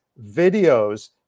videos